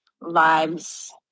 lives